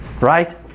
right